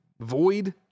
void